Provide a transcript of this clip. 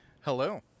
Hello